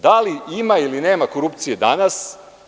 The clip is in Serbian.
Da li ima ili nema korupcije danas?